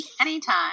anytime